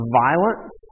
violence